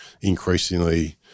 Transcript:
increasingly